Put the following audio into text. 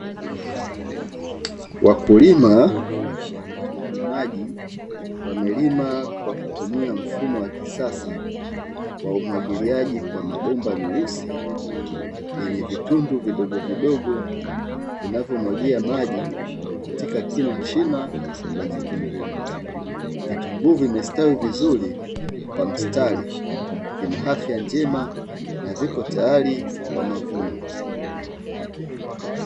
Wakulima wa vitunguu maji wamelima kwa kutumia mfumo wa kisasa, wa umwagiliaji kwa mabomba meusi, yenye vitundu vidogovidogo vinavyomwagia maji katika kila shina la kitunguu. Vitunguu vimestawi vizuri kwa mstari, vina afya njema na viko tayari kwa mavuno.